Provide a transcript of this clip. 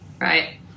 right